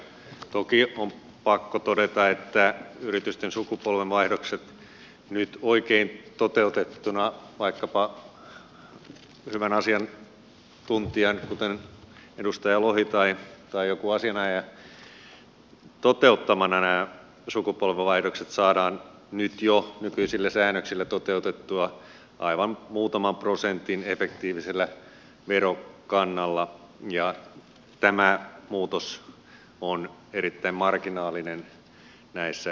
toki on pakko todeta että yritysten sukupolvenvaihdokset nyt oikein toteutettuina vaikkapa hyvän asiantuntijan kuten edustaja lohen tai jonkun asianajajan toteuttamina saadaan nyt jo nykyisillä säännöksillä toteutettua aivan muutaman prosentin efektiivisellä verokannalla ja tämä muutos on erittäin marginaalinen näissä kysymyksissä